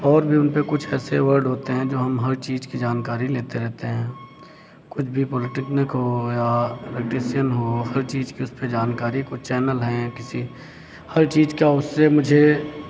और भी उनपे कुछ ऐसे वर्ड होते हैं जो हम हर चीज़ की जानकारी लेते रहते हैं कुछ भी पॉलिटेक्निक हो या इलेक्ट्रिशियन हो हर चीज़ की उसपे जानकारी कुछ चैनल हैं किसी हर चीज़ का उससे मुझे